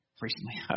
Recently